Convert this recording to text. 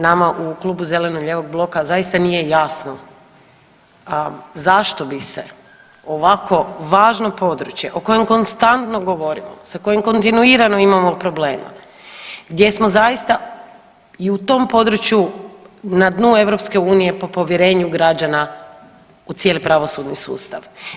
Nama u Klubu zeleno-lijevog bloka zaista nije jasno zašto bi se ovako važno područje o kojem konstantno govorimo, sa kojim kontinuirano imamo problema, gdje smo zaista i u tom području na dnu EU po povjerenju građana u cijeli pravosudni sustav.